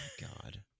God